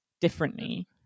differently